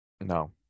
No